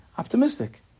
Optimistic